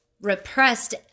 repressed